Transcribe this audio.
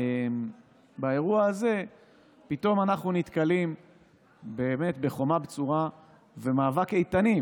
באירוע הזה פתאום אנחנו נתקלים בחומה בצורה ומאבק איתנים